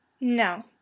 No